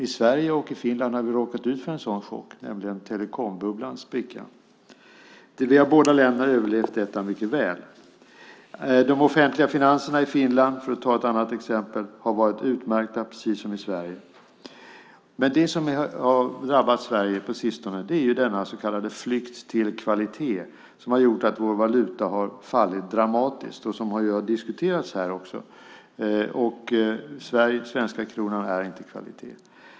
I Sverige och i Finland har vi råkat ut för en sådan chock, nämligen telekombubblans sprickande. Båda länderna har överlevt detta mycket väl. De offentliga finanserna i Finland, för att ta ett annat exempel, har varit utmärkta precis som i Sverige. Men det som har drabbat Sverige på sistone är denna så kallade flykt till kvalitet som har gjort att vår valuta har fallit dramatiskt som också har diskuterats här. Den svenska kronan är inte kvalitet.